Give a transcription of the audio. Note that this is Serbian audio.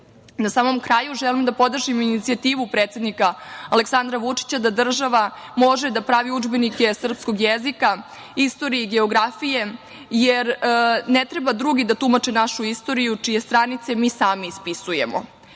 samom kraju želim da podržim inicijativu predsednika Aleksandra Vučića da država može da pravi udžbenike srpskog jezika, istorije i geografije, jer ne treba drugi da tumače našu istoriju, čije stranice mi sami ispisujemo.